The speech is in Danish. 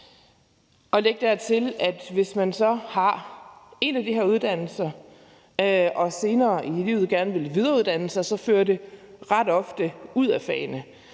Læg dertil, at hvis man så har en af de her uddannelser og senere i livet gerne vil videreuddanne sig, fører det ret ofte ud af fagene